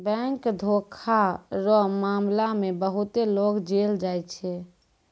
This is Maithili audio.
बैंक धोखा रो मामला मे बहुते लोग जेल जाय छै